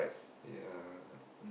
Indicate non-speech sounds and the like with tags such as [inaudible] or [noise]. [breath] ya mm